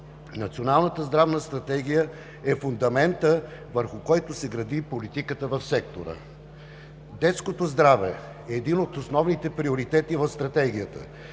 Националната здравна стратегия е фундаментът, върху който се гради политиката в сектора. Детското здраве е един от основните приоритети в стратегията